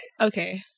Okay